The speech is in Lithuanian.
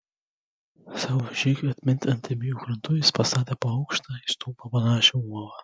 savo žygiui atminti ant abiejų krantų jis pastatė po aukštą į stulpą panašią uolą